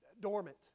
dormant